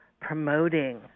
promoting